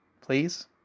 Please